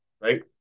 right